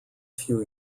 few